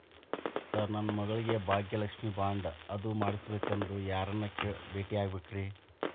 Sir ನನ್ನ ಮಗಳಿಗೆ Bhagyalakshmi bond ಅದು ಮಾಡಿಸಬೇಕೆಂದು ಯಾರನ್ನ ಭೇಟಿಯಾಗಬೇಕ್ರಿ?